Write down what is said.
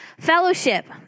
Fellowship